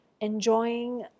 enjoying